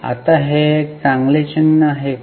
आता हे एक चांगले चिन्ह आहे का